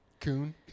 Coon